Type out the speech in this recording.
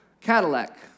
Cadillac